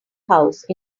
house